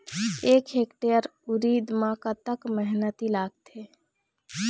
एक हेक्टेयर उरीद म कतक मेहनती लागथे?